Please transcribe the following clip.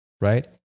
right